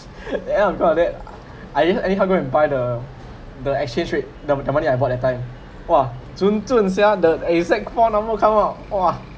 and add of top of that I just anyhow go and buy the the exchange rate the the money I bought that time !wah! chun chun sia the exact four number come out !wah!